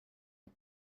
but